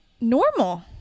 normal